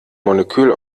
molekül